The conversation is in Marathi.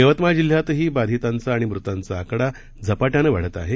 यवतमाळ जिल्ह्यातही बाधितांचा आणि मृतांचा आकडा झपाट्यानं वाढत आहे